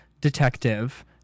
detective